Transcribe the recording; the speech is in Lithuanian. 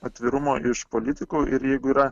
atvirumo iš politikų ir jeigu yra